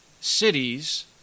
cities